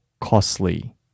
costly